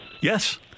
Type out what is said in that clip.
Yes